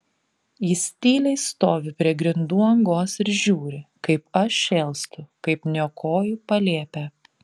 jis tyliai stovi prie grindų angos ir žiūri kaip aš šėlstu kaip niokoju palėpę